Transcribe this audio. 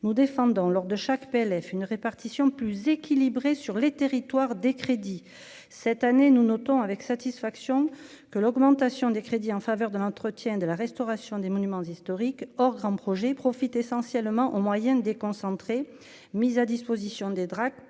mon défendant lors de chaque PLF une répartition plus équilibrée sur les territoires des crédits cette année, nous notons avec satisfaction que l'augmentation des crédits en faveur de l'entretien de la restauration des monuments historiques hors grands projets profite essentiellement en moyenne mise à disposition des Drac